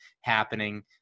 happening